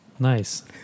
Nice